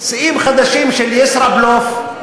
שיאים חדשים של ישראבלוף.